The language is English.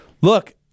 look